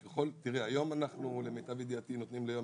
היום למיטב ידיעתי אנחנו נותנים ליום,